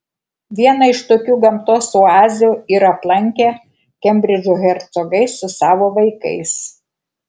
vieną iš tokių gamtos oazių ir aplankė kembridžo hercogai su savo vaikais